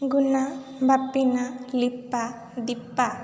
ଗୁନା ବାପିନା ଲିପା ଦୀପା